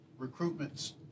recruitments